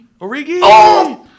Origi